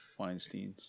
Weinsteins